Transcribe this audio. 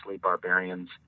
barbarians